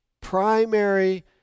primary